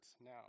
now